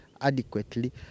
adequately